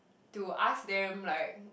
to ask them like